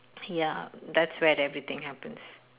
ya that's where everything happens